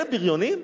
אלה בריונים,